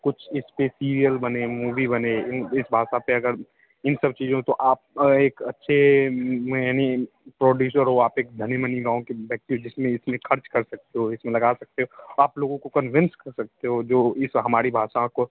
कुछ इस पर सीरियल बने मूवी बने इस भाषा पर अगर इन सब चीजों को आप एक अच्छे यानी प्रोड्यूसर हो आप एक धनीमनी गाँव के व्यक्ति जिसमें इसमें खर्च कर सकते हो इसमें लगा सकते हो आप लोगों को कंविन्स कर सकते हो जो इस हमारी भाषा को